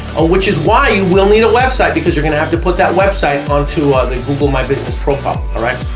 which is why you will need a website because you're going to have to put that website on to ah the google my business profile, alright,